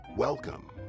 Welcome